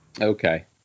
Okay